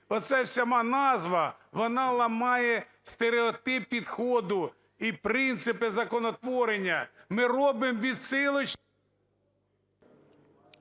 Оця сама назва вона ламає стереотип підходу і принципи законотворення. Ми робимо відсилочні…